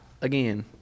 again